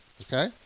Okay